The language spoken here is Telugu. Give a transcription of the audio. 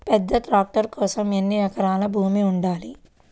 పెద్ద ట్రాక్టర్ కోసం ఎన్ని ఎకరాల భూమి ఉండాలి?